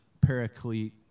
paraclete